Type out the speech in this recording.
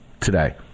today